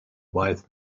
wise